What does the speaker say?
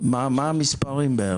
מה המספרים?